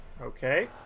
Okay